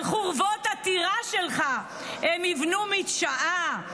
על חורבות הטירה שלך הם יבנו מדשאה,